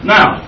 Now